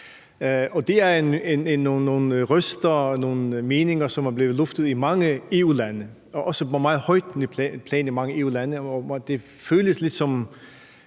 været, og nogle meninger, der er blevet luftet, i mange EU-lande, også på meget højt plan i mange EU-lande, og det lyder lidt